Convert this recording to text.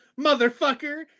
motherfucker